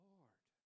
Lord